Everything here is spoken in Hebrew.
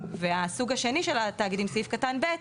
והסוג השני של התאגידים, סעיף קטן ב',